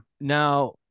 Now